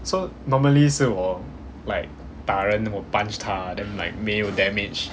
so normally 是我 like 打人我 punch 他 then like 没有 damage